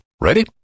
Ready